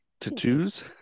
Tattoos